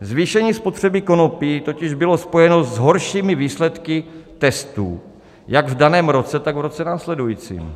Zvýšení spotřeby konopí totiž bylo spojeno s horšími výsledky testů jak v daném roce, tak v roce následujícím.